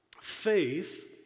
faith